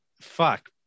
fuck